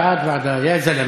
ההצעה להעביר את הנושא לוועדת